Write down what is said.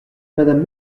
madame